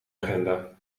agenda